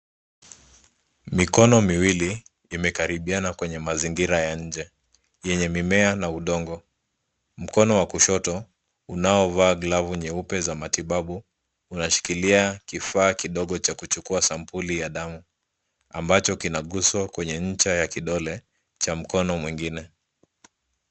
Mikono miwili imekaribiana kwenye mazingira ya nje yenye mimea na udongo. Mkono wa kushoto unaovaa glavu nyeupe za matibabu unashikilia kifaa kidogo cha kuchukua sampuli ya damu ambacho kinaguzwa kwenye ncha ya kidole cha mkono mwengine.